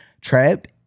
trip